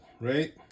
right